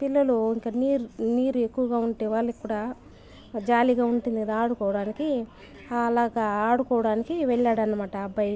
పిల్లలు ఇంక నీరు నీరు ఎక్కువగా ఉంటే వాళ్ళక్కూడా జాలీగా ఉంటుంది కదా ఆడుకోడానికి అలాగ ఆడుకోడానికి వెళ్ళాడనమాట ఆ అబ్బాయి